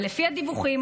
אבל לפי הדיווחים,